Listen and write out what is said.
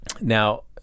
Now